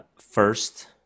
First